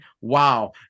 wow